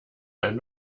ein